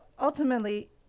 ultimately